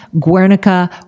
Guernica